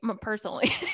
personally